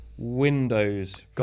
windows